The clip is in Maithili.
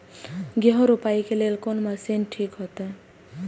गेहूं रोपाई के लेल कोन मशीन ठीक होते?